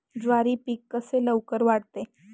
ज्वारी पीक कसे लवकर वाढते?